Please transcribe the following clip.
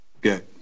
good